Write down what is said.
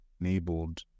enabled